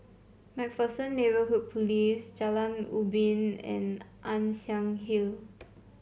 MacPherson Neighbourhood Police Post Jalan Ubin and Ann Siang Hill